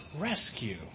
rescue